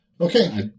Okay